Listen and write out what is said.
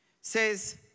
says